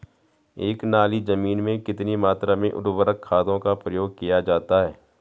एक नाली जमीन में कितनी मात्रा में उर्वरक खादों का प्रयोग किया जाता है?